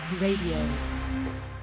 Radio